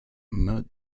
mud